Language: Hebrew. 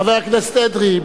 חבר הכנסת אדרי,